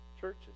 churches